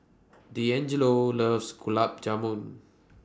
Deangelo loves Gulab Jamun